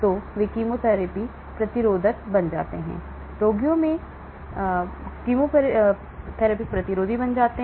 तो वे chemotherapy प्रतिरोध बन जाते हैं रोगियों कीमोथेरेपी प्रतिरोध बन जाते हैं